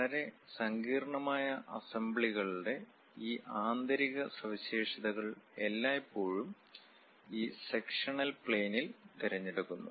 വളരെ സങ്കീർണ്ണമായ അസംബ്ലികളുടെ ആന്തരിക സവിശേഷതകൾ എല്ലായ്പ്പോഴും ഈ സെക്ഷണൽ പ്ലെയിനിൽ തിരഞ്ഞെടുക്കുന്നു